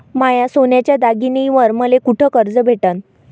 माया सोन्याच्या दागिन्यांइवर मले कुठे कर्ज भेटन?